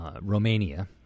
Romania